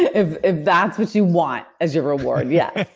if that's what you want as your reward, yes.